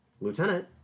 Lieutenant